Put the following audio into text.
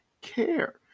care